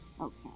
Okay